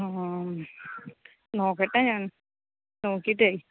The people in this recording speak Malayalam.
ആ ആ ആ നോക്കട്ടെ ഞാൻ നോക്കയിട്ടേ